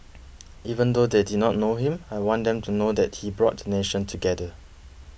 even though they did not know him I want them to know that he brought the nation together